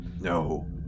No